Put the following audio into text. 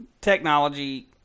Technology